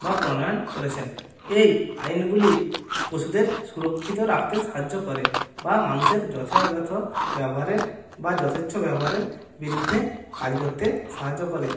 বা প্রণয়ন করেছেন এই আইনগুলি পশুদের সুরক্ষিত রাখতে সাহায্য করে বা মানুষের যথাযথ ব্যবহারের বা যথেচ্ছ ব্যবহারের বিরুদ্ধে কাজ করতে সাহায্য করে